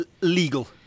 legal